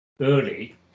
early